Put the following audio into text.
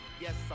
Yes